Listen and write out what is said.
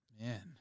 Man